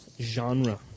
genre